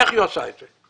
איך היא עושה את זה?